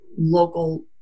local